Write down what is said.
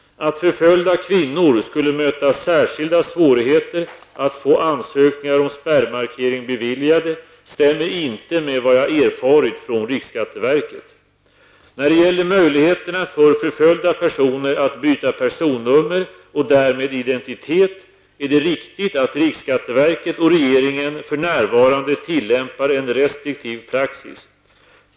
Att förföljda kvinnor skulle möta särskilda svårigheter att få ansökningar om spärrmarkering beviljade stämmer inte med vad jag erfarit från riksskatteverket. När det gäller möjligheterna för förföljda personer att byta personnummer och därmed identitet är det riktigt att riksskatteverket och regeringen för närvarande tillämpar en restriktiv praxis.